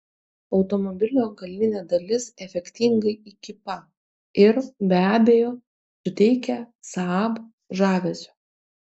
automobilio galinė dalis efektingai įkypa ir be abejo suteikia saab žavesio